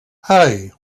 hey